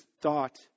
thought